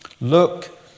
Look